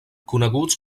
coneguts